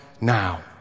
now